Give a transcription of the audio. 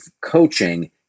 coaching